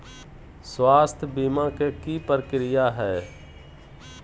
स्वास्थ बीमा के की प्रक्रिया है?